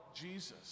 Jesus